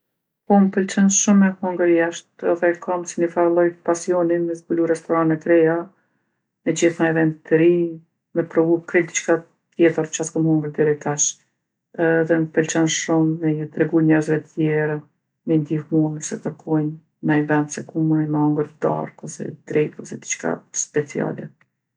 Po m'pëlqen shumë me hongër jashtë edhe e kom si nifar lloj pasioni me zbulu restorane t'reja, me gjetë naj vend t'ri, me provu krejt diçka tjetër qa s'kom hongër deri tash. Edhe m'pëlqen shumë me i tregu njerzve tjerë, me i ndihmu nëse kërkojnë naj vend se ku mujin me hongër darkë ose drekë ose diçka speciale.